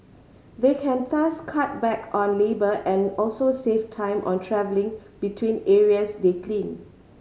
they can thus cut back on labour and also save time on travelling between areas they clean